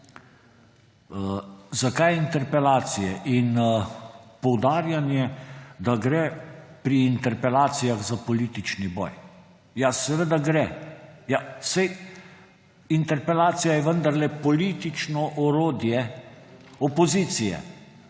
zakaj interpelacije in poudarjanje, da gre pri interpelacijah za politični boj. Ja, seveda gre! Saj interpelacija je politično orodje opozicije,